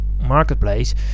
marketplace